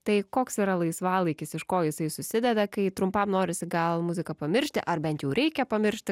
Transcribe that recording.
tai koks yra laisvalaikis iš ko jisai susideda kai trumpam norisi gal muziką pamiršti ar bent jau reikia pamiršti